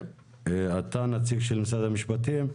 אתה נציג של משרד המשפטים,